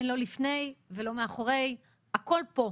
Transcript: אין לא לפני ולא מאחורי - הכל פה.